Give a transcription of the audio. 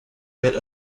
bit